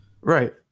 right